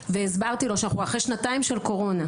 והסברתי לו שאנחנו אחרי שנתיים של קורונה,